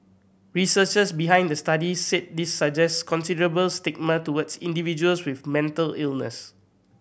researchers behind the study said this suggest considerable stigma towards individuals with mental illness